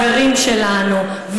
והחברים שלנו,